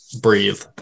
breathe